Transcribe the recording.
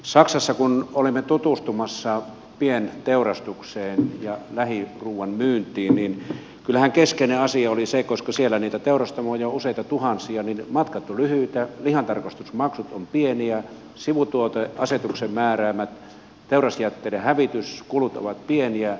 saksassa kun olimme tutustumassa pienteurastukseen ja lähiruuan myyntiin kyllähän keskeinen asia oli se että koska siellä niitä teurastamoja on useita tuhansia niin matkat ovat lyhyitä lihantarkastusmaksut ovat pieniä sivutuoteasetuksen määräämät teurasjätteiden hävityskulut ovat pieniä